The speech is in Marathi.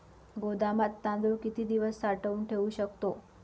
गोदामात तांदूळ किती दिवस साठवून ठेवू शकतो?